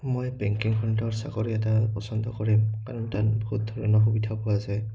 মই বেংকিং খণ্ডৰ চাকৰি এটা পচন্দ কৰিম কাৰণ তাত বহুত ধৰণৰ সুবিধা পোৱা যায়